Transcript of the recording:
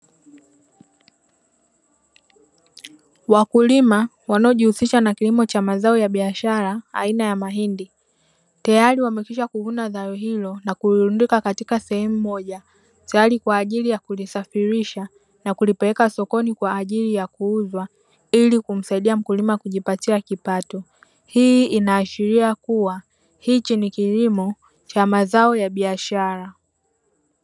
Wakulima wanaojihusha na kilimo cha mazao ya biashara aina ya mahindi, tayari wamekwisha kuvuna zao hilo na kulirundika katika sehemu moja, tayari kwa ajili ya kulisafirisha na kulipeleka sokoni kwa ajili ya kuuzwa, ili kumsaidia mkulima kujipatia kipato. Hii inaashiria kuwa hichi ni kilimo cha mazao ya biashara.